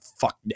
fuck